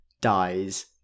dies